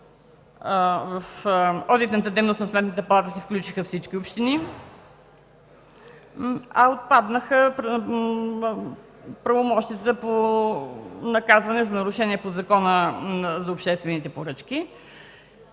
в одитната дейност на Сметната палата се включиха всички общини, а отпаднаха правомощията по наказване за нарушение по Закона за обществените поръчки.